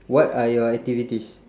what are your activities